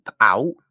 out